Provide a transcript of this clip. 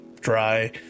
dry